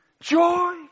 Joy